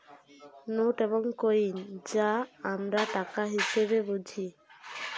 note এবং coin যা আমরা টাকা হিসেবে বুঝি